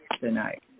tonight